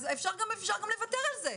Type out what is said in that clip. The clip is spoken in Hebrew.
אפשר גם לוותר על זה,